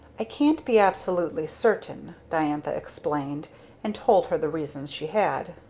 i can't be absolutely certain diantha explained and told her the reasons she had.